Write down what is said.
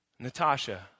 Natasha